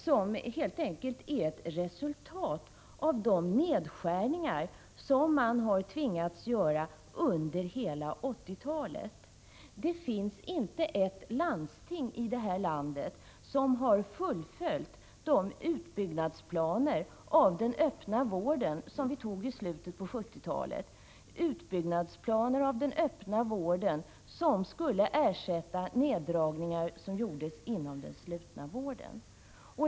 Det är helt enkelt ett resultat av de nedskärningar som man under hela 1980-talet tvingats göra. Det finns inte ett landsting här i landet som har fullföljt de planer på utbyggnad av den öppna vården som det fattades beslut om i slutet av 1970-talet. Den utbyggnaden av den öppna vården skulle ersätta neddragningar som gjordes inom den slutna vården.